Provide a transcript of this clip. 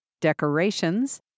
decorations